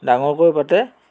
ডাঙৰকৈ পাতে